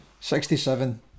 67